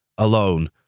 Alone